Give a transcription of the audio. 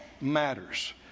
matters